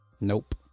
Nope